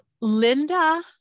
Linda